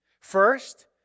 First